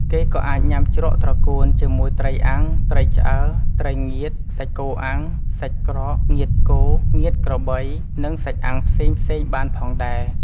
គេក៏អាចញុំាជ្រក់ត្រកួនជាមួយត្រីអាំង ត្រីឆ្អើរ ត្រីងៀត សាច់គោអាំង សាច់ក្រក ងៀតគោ ងៀតក្របី និងសាច់អាំងផ្សេងៗបានផងដែរ។